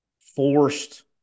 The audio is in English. forced